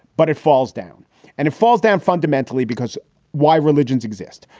but it falls down and it falls down fundamentally because of why religions exist.